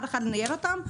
אחד-אחד לנייד אותם,